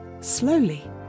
slowly